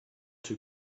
two